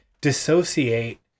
dissociate